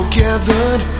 gathered